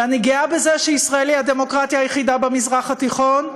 ואני גאה בזה שישראל היא הדמוקרטיה היחידה במזרח התיכון,